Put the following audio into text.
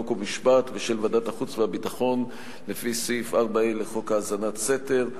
חוק ומשפט ושל ועדת החוץ והביטחון לפי סעיף 4(ה) לחוק האזנת סתר,